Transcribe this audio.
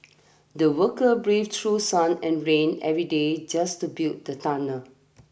the worker brave through sun and rain every day just to build the tunnel